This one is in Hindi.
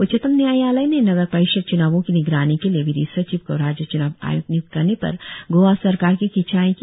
उच्चतम नयायालय ने नगर परिषद च्नावों की निगरानी के लिए विधि सचिव को राज्य च्नाव आय्क्त निय्क्त करने पर गोआ सरकार की खिंचाई की